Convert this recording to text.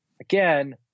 again